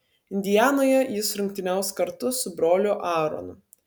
indianoje jis rungtyniaus kartu su broliu aaronu